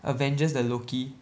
avengers the Loki